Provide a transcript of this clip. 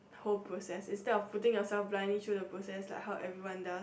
whole process instead of putting yourself blindly through the process like how everyone does